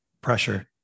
Pressure